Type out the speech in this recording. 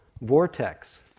vortex